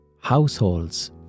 households